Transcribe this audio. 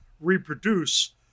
reproduce